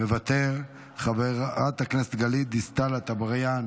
מוותר, חברת הכנסת גלית דיסטל אטבריאן,